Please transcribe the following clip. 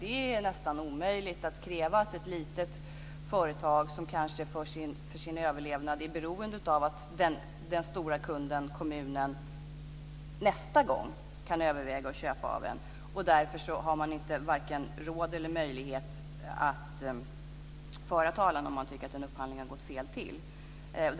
Det är nästan omöjligt att kräva att ett litet företag, som kanske för sin överlevnad är beroende av att den stora kunden, kommunen, kan överväga att köpa också nästa gång, ska ha råd eller möjlighet att föra talan om det tycker att upphandlingen har skett på fel sätt.